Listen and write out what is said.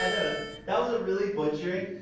i don't know that was a really butchering